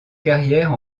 carrière